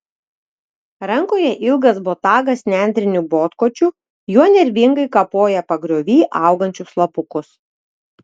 rankoje ilgas botagas nendriniu botkočiu juo nervingai kapoja pagriovy augančius lapukus